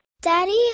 Daddy